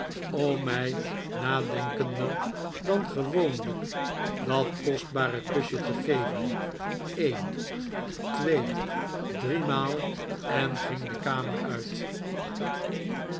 om mij nadenkender dan gewoonlijk dat kostbare kusje te geven een twee driemaal en ging de kamer uit